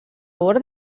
bord